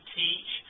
teach